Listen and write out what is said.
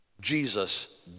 Jesus